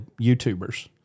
YouTubers